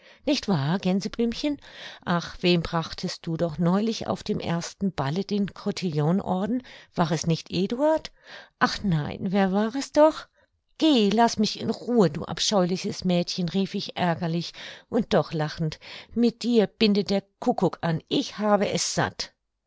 nicht wahr gänseblümchen ach wem brachtest du doch neulich auf dem ersten balle den cotillonorden war es nicht eduard ach nein wer war es doch geh laß mich in ruhe du abscheuliches mädchen rief ich ärgerlich und doch lachend mit dir binde der kuckuk an ich habe es satt